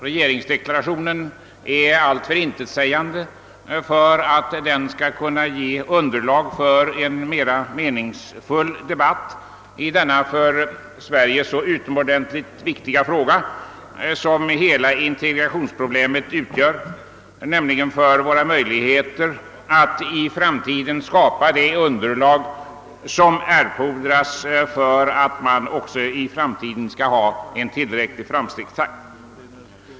Regeringsdeklarationen är alltför intetsägande för att den skall kunna ge underlag för en mera meningsfull debatt i den för Sverige så utomordentligt viktiga fråga som hela integrationsproblemet utgör; lösningen av detta problem blir nämligen avgörande för våra möjligheter att i framtiden skapa förutsättningar för en tillräcklig framstegstakt.